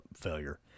failure